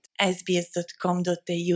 sbs.com.au